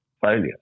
failure